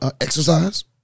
exercise